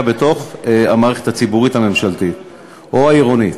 בתוך המערכת הציבורית הממשלתית או העירונית.